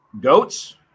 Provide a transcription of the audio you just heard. Goats